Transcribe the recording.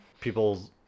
People